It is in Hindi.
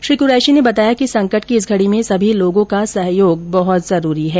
श्री कुरैशी ने बताया कि संकट की इस घड़ी में सभी लोगों का सहयोग बहुत जरूरी है